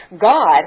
God